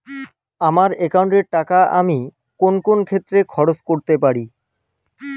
আমার একাউন্ট এর টাকা আমি কোন কোন ক্ষেত্রে খরচ করতে পারি?